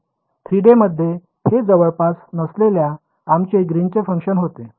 3D मध्ये हे जवळपास नसलेल्या आमचे ग्रीनचे फंक्शन होते बरोबर